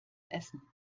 essen